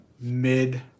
mid